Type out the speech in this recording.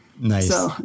Nice